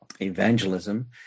evangelism